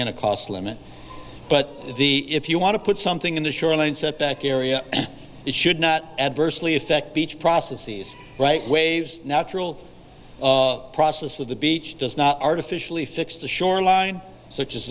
in a cost limit but the if you want to put something in the shoreline setback area it should not adversely affect beach processes right waives natural process of the beach does not artificially fix the shoreline such as